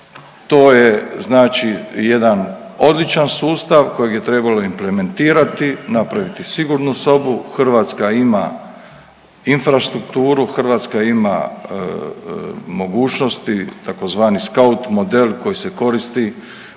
to je znači jedan odličan sustav kojeg je trebalo implementirati, napraviti sigurnu sobu. Hrvatska ima infrastrukturu, Hrvatska ima mogućnosti tzv. scout model koji se koristi